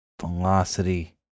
Velocity